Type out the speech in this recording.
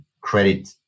credit